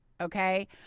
Okay